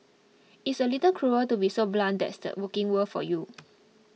it's a little cruel to be so blunt that's the working world for you